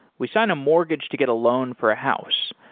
we sign a mortgage to get a loan for a house,